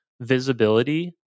visibility